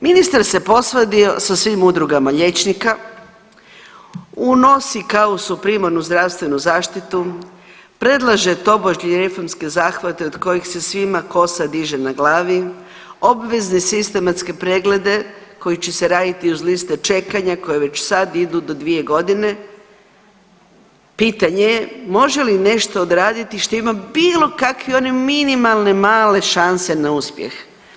Ministar se posvadio sa svim udrugama liječnika, unosi kaos u primarnu zdravstvenu zaštitu, predlaže tobožnji reformski zahvat od kojeg se svima kosa diže na glavi, obvezne sistematske preglede koji će se raditi uz liste čekanja koje već sad idu do 2 godine, pitanje je može li nešto odraditi što ima bilo kakvi onaj minimalne, male šanse na uspjeh.